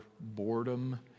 boredom